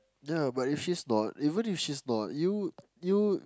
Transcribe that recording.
ya but if she's not even if she's not you you